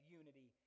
unity